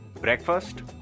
breakfast